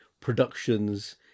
productions